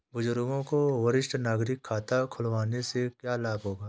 बुजुर्गों को वरिष्ठ नागरिक खाता खुलवाने से क्या लाभ होगा?